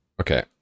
Okay